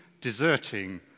deserting